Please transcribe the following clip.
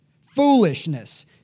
Foolishness